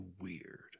weird